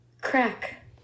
Crack